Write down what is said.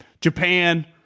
Japan